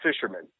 fishermen